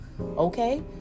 Okay